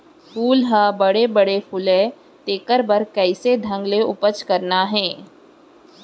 फूल ह बड़े बड़े फुलय तेकर बर कइसे ढंग ले उपज करना हे